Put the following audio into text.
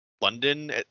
London